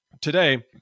today